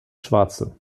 schwarze